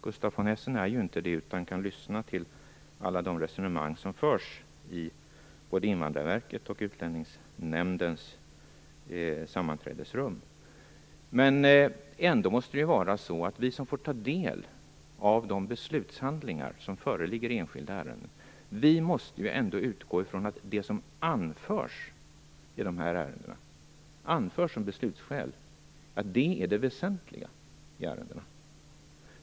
Gustaf von Essen är ju inte utomstående, utan han kan lyssna till alla de resonemang som förs i både Invandrarverkets och Utlänningsnämndens sammanträdesrum. Men det måste ju ändå vara så att vi som får ta del av de beslutshandlingar som föreligger i enskilda ärenden måste utgå från att det som anförs som beslutsskäl i ärendena är det väsentliga.